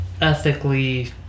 ethically